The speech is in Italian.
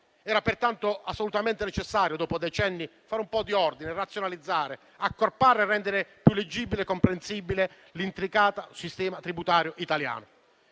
Era pertanto assolutamente necessario dopo decenni fare un po' di ordine, razionalizzare, accorpare e rendere più leggibile e comprensibile l'intricato sistema tributario italiano.